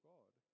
God